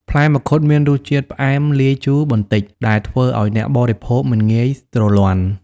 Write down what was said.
ផ្លែមង្ឃុតមានរសជាតិផ្អែមលាយជូរបន្តិចដែលធ្វើឲ្យអ្នកបរិភោគមិនងាយទ្រលាន់។